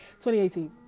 2018